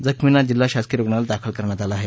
जखमींना जिल्हा शासकीय रुग्णालयात दाखल करण्यात आलं आहे